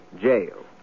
Jail